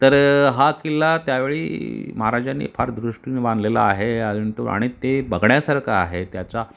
तर हा किल्ला त्यावेळी महाराजांनी फार दृष्टीने बांधलेला आहे आणि तो आणि ते बघण्यासारखं आहे त्याचा